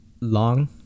long